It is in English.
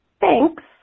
Thanks